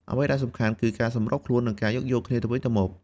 អ្វីដែលសំខាន់ គឺការសម្របខ្លួន និងការយោគយល់គ្នាទៅវិញទៅមក។